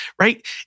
right